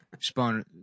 Spawn